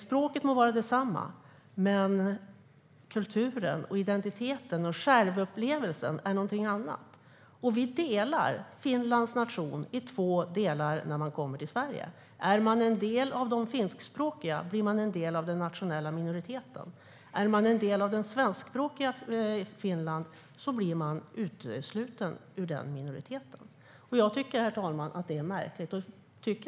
Språket må vara detsamma, men kulturen, identiteten och självupplevelsen är någonting annat. Vi delar Finlands nation i två delar när människor kommer till Sverige. Är man en del av det finskspråkiga Finland blir man en del av den nationella minoriteten, och är man en del av det svenskspråkiga Finland blir man utesluten ur den minoriteten. Jag tycker att det är märkligt, herr talman.